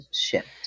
shift